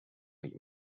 you